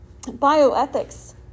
bioethics